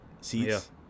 seats